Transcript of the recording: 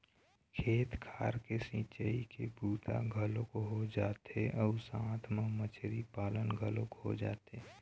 खेत खार के सिंचई के बूता घलोक हो जाथे अउ साथ म मछरी पालन घलोक हो जाथे